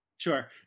Sure